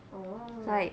oh